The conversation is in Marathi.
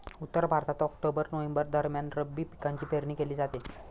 उत्तर भारतात ऑक्टोबर नोव्हेंबर दरम्यान रब्बी पिकांची पेरणी केली जाते